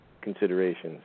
considerations